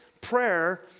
prayer